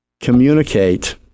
Communicate